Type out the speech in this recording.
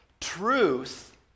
truth